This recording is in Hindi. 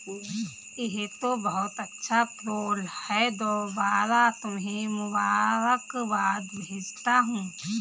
यह तो बहुत अच्छा पेरोल है दोबारा तुम्हें मुबारकबाद भेजता हूं